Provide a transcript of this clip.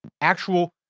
actual